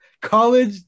college